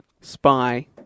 spy